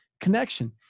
Connection